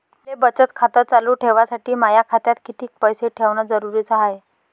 मले बचत खातं चालू ठेवासाठी माया खात्यात कितीक पैसे ठेवण जरुरीच हाय?